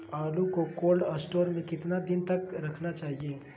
आलू को cold store में कितना दिन तक रखना चाहिए?